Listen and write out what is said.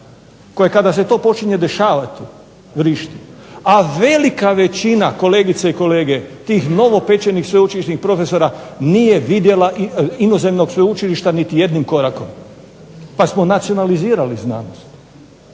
Koje kada se to počinje dešavati vrišti, a velika većina kolegica i kolega tih novopečenih sveučilišnih profesora nije vidjela inozemnog sveučilišta niti jednim korakom. Pa smo nacionalizirali znanost.